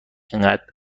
انقد